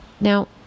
now